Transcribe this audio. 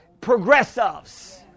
progressives